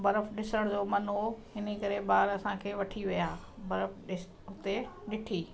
बर्फ़ ॾिसण जो मन हो हिन ई करे ॿार असांखे वठी विया बर्फ़ु ॾिस उते ॾिठी